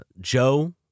Joe